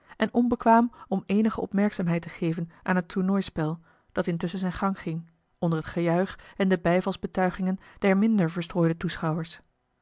en onbekwaam om eenige opmerkzaamheid te geven aan het tournooispel dat intusschen zijn gang ging onder het gejuich en de bijvalsbetuigingen der minder verstrooide toeschouwers